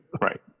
Right